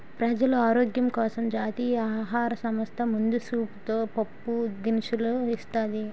ప్రజలు ఆరోగ్యం కోసం జాతీయ ఆహార సంస్థ ముందు సూపుతో పప్పు దినుసులు ఇస్తాది